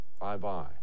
Bye-bye